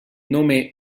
nome